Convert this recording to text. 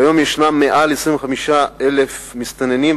כיום ישנם מעל 25,000 מסתננים,